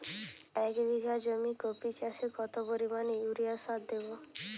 এক বিঘা কপি চাষে কত পরিমাণ ইউরিয়া সার দেবো?